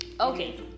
Okay